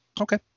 okay